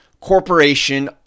corporation